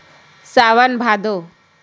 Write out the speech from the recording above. सावन भादो